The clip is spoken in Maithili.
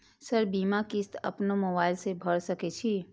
सर बीमा किस्त अपनो मोबाईल से भर सके छी?